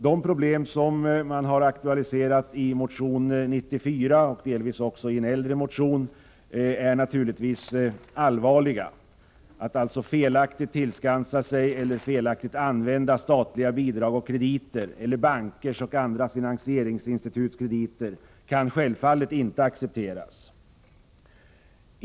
De problem som aktualiseras i motion 1984/85:94 och delvis i en äldre motion är naturligtvis allvarliga — att tillskansa sig eller felaktigt använda statliga bidrag och krediter eller bankers och andra finansieringsinstituts krediter kan självfallet inte accepteras.